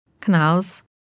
Canals